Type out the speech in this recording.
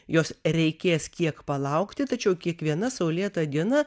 jos reikės kiek palaukti tačiau kiekviena saulėta diena